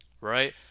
right